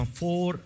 four